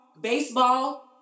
baseball